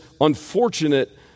unfortunate